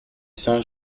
saint